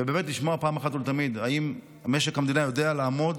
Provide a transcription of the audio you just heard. ובאמת לשמוע אחת ולתמיד אם משק המדינה יודע לעמוד